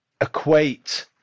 equate